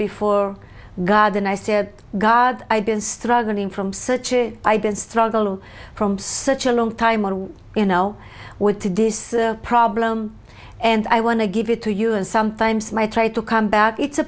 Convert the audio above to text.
before god and i said god i've been struggling from such it i've been struggling from such a long time on you know what to do this problem and i want to give it to you and sometimes my try to come back it's a